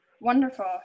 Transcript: wonderful